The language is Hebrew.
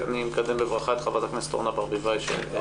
אני מקדם בברכה את חברת הכנסת אורנה ברביבאי שהצטרפה.